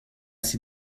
sie